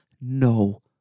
no